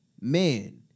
man